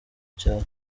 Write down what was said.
cyawe